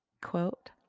quote